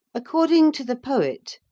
according to the poet,